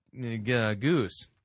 Goose